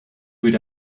would